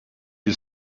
you